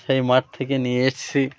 সেই মাঠ থেকে নিয়ে এসছি